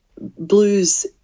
blues